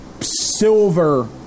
silver